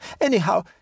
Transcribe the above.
Anyhow